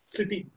City